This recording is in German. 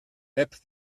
app